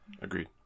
Agreed